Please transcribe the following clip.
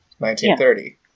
1930